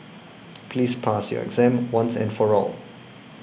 please pass your exam once and for all